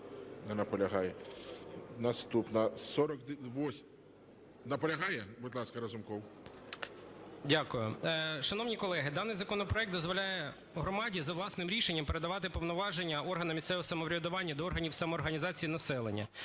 Дякую. Шановні колеги, даний законопроект дозволяє громаді за власним рішенням передавати повноваження органам місцевого самоврядування до органів самоорганізації населення.